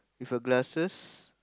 with a glasses